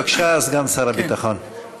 בבקשה, סגן שר הביטחון.